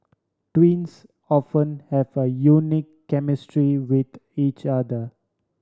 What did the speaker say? twins often have a unique chemistry with each other